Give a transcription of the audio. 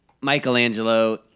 Michelangelo